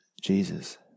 Jesus